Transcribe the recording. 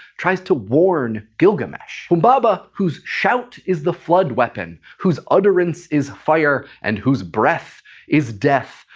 tries to warn gilgamesh humbaba, whose shout is the flood weapon, whose utterance is fire and whose breath is death,